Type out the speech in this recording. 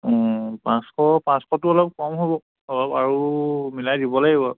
পাঁচশ পাঁচশটো অলপ কম হ'ব অলপ আৰু মিলাই দিব লাগিব